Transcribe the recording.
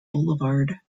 boulevard